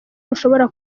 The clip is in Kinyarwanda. mushobora